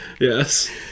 yes